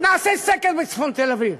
נעשה סקר בצפון תל-אביב,